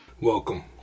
Welcome